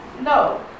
No